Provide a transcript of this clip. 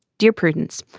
dear prudence,